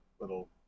little